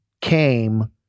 came